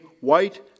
white